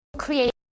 Create